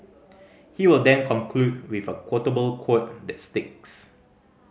he will then conclude with a quotable quote that sticks